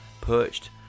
Perched